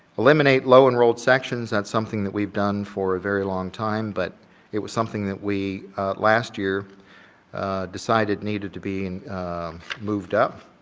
eliminate low enrolled sections, that's something that we've done for a very long time, but it was something that we last year decided needed to be moved up,